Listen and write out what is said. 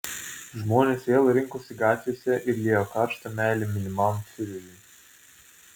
žmonės vėl rinkosi gatvėse ir liejo karštą meilę mylimam fiureriui